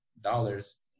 dollars